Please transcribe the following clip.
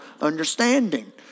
understanding